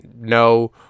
no